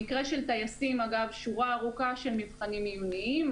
במקרה של טייסים מדובר בשורה ארוכה של מבחנים עיוניים,